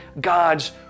God's